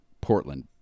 Portland